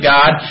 God